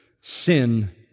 sin